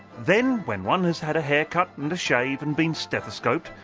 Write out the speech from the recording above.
then, when one has had a haircut and shave and been stethescoped,